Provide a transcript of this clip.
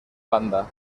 banda